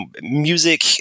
music